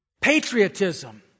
Patriotism